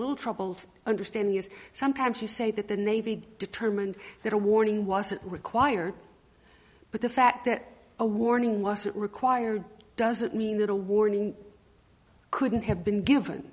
little troubled understand yes sometimes you say that the navy determined that a warning wasn't required but the fact that a warning wasn't required doesn't mean that a warning couldn't have been given